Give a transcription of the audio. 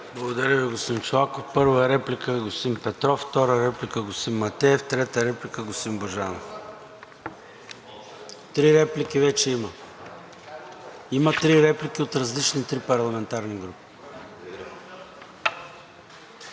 Благодаря Ви, господин Чолаков. Първа реплика – господин Петров, втора реплика – господин Матеев, трета реплика – господин Божанов. Има три реплики от различни парламентарни групи.